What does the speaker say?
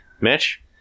Mitch